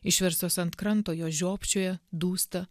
išverstos ant kranto jos žiopčioja dūsta